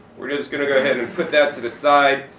we're just going to go ahead and put that to the side.